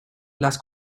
las